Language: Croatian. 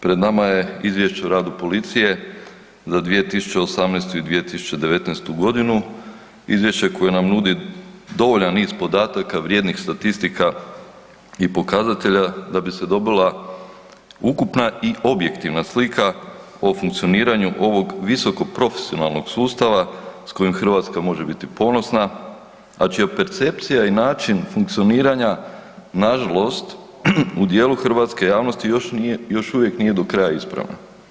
Pred nama je Izvješće o radu policije za 2018. i 2019. g. Izvješće koje nam nudi dovoljan niz podataka, vrijednih statistika i pokazatelja da bi se dobila ukupna i objektivna slika o funkcioniranju ovog visokoprofesionalnog sustava s kojim Hrvatska može biti ponosna, a čija percepcija i način funkcioniranja, nažalost u dijelu hrvatske javnosti još uvijek nije do kraja ispravna.